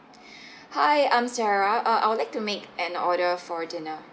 hi I'm sarah uh I would like to make an order for dinner